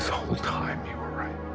whole time you were right